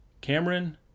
Cameron